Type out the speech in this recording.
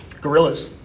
gorillas